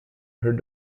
her